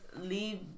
leave